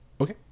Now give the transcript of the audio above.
Okay